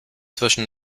zwischen